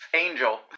Angel